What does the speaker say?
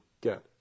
get